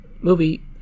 movie